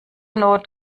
not